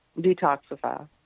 detoxify